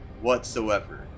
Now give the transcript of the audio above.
whatsoever